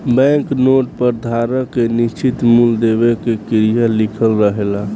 bank note पर धारक के निश्चित मूल देवे के क्रिया लिखल रहेला